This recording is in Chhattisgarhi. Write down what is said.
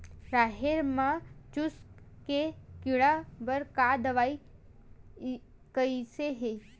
राहेर म चुस्क के कीड़ा बर का दवाई कइसे ही?